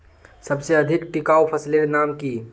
सबसे अधिक टिकाऊ फसलेर नाम की?